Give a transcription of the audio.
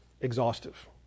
exhaustive